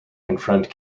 confront